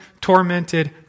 tormented